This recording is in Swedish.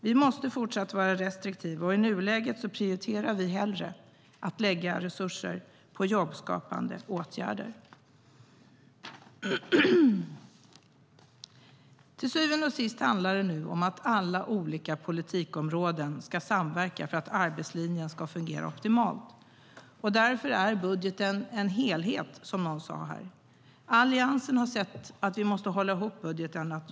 Vi måste fortsatt vara restriktiva, och i nuläget prioriterar vi hellre att lägga resurser på jobbskapande åtgärder. Till syvende och sist handlar det nu om att alla olika politikområden ska samverka för att arbetslinjen ska fungera optimalt. Därför är budgeten en helhet, som någon sade här. Alliansen har sett att vi måste hålla ihop budgeten.